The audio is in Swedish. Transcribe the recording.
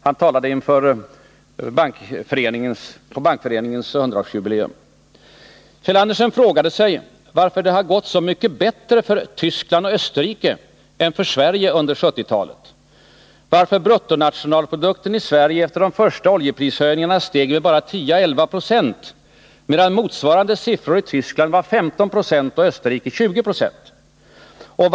Han talade på Bankföreningens 100-årsjubileum. Kjeld Andersen frågade sig varför det gått så mycket bättre för Västtyskland och Österrike än för Sverige under 1970-talet, varför bruttonationalprodukten i Sverige efter de första oljeprishöjningarna steg med bara 10-11 26, medan motsvarande siffror i Västtyskland var 15 96 och i Österrike 20 26.